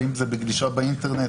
ואם זה בגלישה באינטרנט,